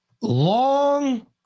long